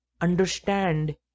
understand